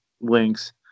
links